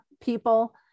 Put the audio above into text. people